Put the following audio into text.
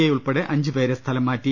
I ഉൾപ്പെടെ അഞ്ചു പേരെ സ്ഥലം മാറ്റി